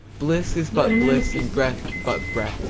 bliss is but bliss, and breath but breath!